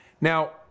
Now